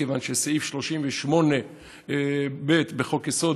כיוון שסעיף 38(ב) בחוק-יסוד,